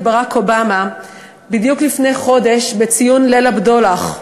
ברק אובמה בדיוק לפני חודש בציון "ליל הבדולח".